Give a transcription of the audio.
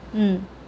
mm